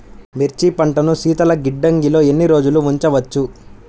మిర్చి పంటను శీతల గిడ్డంగిలో ఎన్ని రోజులు ఉంచవచ్చు?